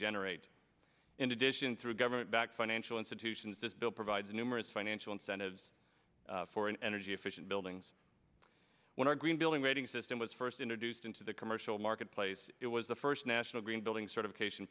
generate in addition through government backed financial institutions this bill provides numerous financial incentives for an energy efficient buildings when our green building rating system was first introduced into the commercial marketplace it was the first national green building sort of cation